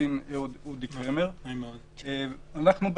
אנחנו בשטח,